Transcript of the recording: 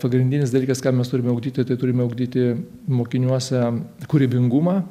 pagrindinis dalykas ką mes turime ugdyti tai turime ugdyti mokiniuose kūrybingumą